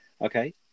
Okay